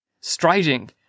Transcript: striding